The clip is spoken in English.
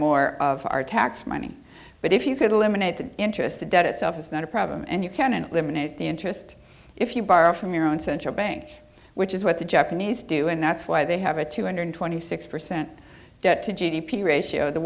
more of our tax money but if you could eliminate the interest the debt itself is not a problem and you can eliminate the interest if you borrow from your own central bank which is what the japanese do and that's why they have a two hundred twenty six percent debt to g d p ratio the